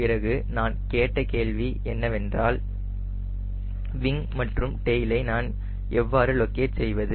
பிறகு நான் கேட்ட கேள்வி என்னவென்றால் விங் மற்றும் டெயிலை நான் எவ்வாறு லொக்கேட் செய்வது